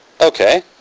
Okay